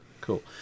Cool